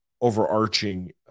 overarching